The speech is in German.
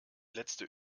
letzte